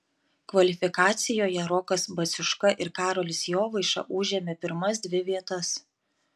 kvalifikacijoje rokas baciuška ir karolis jovaiša užėmė pirmas dvi vietas